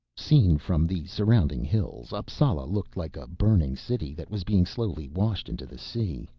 seen from the surrounding hills, appsala looked like a burning city that was being slowly washed into the sea.